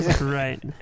right